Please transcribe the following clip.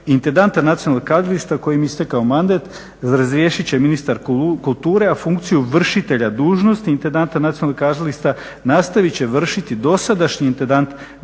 intendanta nacionalnog kazališta kojemu je istekao mandat razriješit će ministar kulture, a funkciju vršitelja dužnosti intendanta nacionalnog kazališta nastavit će vršiti dosadašnji intendant